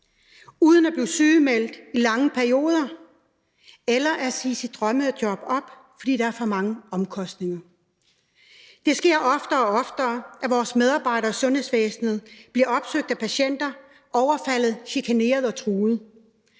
uden at blive sygemeldt i lange perioder eller sige sit drømmejob op, fordi det har for mange omkostninger. Det sker oftere og oftere, at vores medarbejdere i sundhedsvæsenet bliver opsøgt af patienter og overfaldet, chikaneret eller truet.